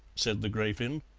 said the grafin.